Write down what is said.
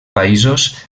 països